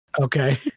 Okay